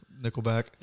Nickelback